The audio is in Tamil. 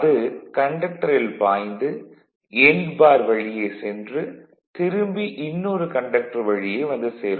அது கண்டக்டரில் பாய்ந்து எண்ட் பார் வழியே சென்று திரும்பி இன்னொரு கண்டக்டர் வழியே வந்து சேரும்